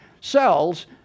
cells